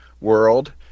world